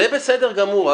זה בסדר גמור,